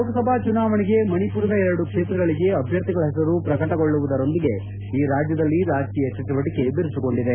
ಲೋಕಸಭಾ ಚುನಾವಣೆಗೆ ಮಣಿಪುರದ ಎರಡು ಕ್ಷೇತ್ರಗಳಿಗೆ ಅಭ್ಯರ್ಥಿಗಳ ಹೆಸರು ಪ್ರಕಟಗೊಳ್ಳುವುದರೊಂದಿಗೆ ಈ ರಾಜ್ಯದಲ್ಲಿ ರಾಜಕೀಯ ಚಟುವಟಕೆ ಬಿರುಸುಗೊಂಡಿದೆ